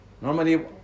Normally